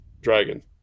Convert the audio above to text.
dragon